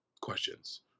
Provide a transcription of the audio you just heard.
questions